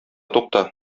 тукта